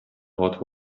hot